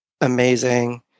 amazing